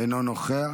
אינו נוכח,